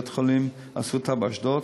בית-החולים "אסותא" באשדוד.